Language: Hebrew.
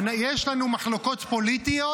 יש לנו מחלוקות פוליטיות,